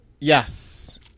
yes